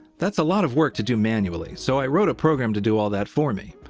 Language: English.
that's a lot of work to do manually, so i wrote a program to do all that for me.